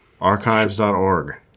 Archives.org